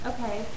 Okay